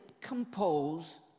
compose